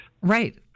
Right